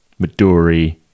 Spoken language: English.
maduri